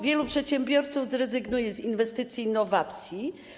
Wielu przedsiębiorców zrezygnuje z inwestycji i innowacji.